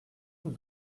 nous